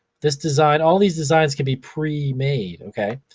this design, all these designs can be pre made, okay,